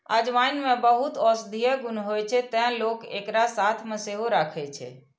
अजवाइन मे बहुत औषधीय गुण होइ छै, तें लोक एकरा साथ मे सेहो राखै छै